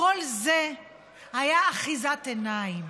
כל זה היה אחיזת עיניים,